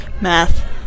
math